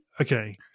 okay